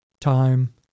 time